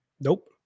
Nope